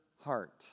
heart